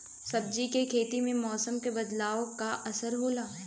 सब्जी के खेती में मौसम के बदलाव क का असर होला?